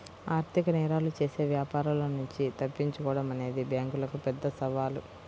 ఆర్థిక నేరాలు చేసే వ్యాపారుల నుంచి తప్పించుకోడం అనేది బ్యేంకులకు పెద్ద సవాలు